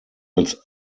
als